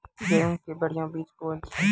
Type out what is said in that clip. गेहूँ के बढ़िया बीज कौन छ?